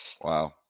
wow